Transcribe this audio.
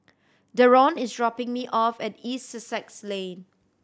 Deron is dropping me off at East Sussex Lane